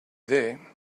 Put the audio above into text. there